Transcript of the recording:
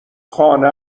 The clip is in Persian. خانه